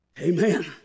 Amen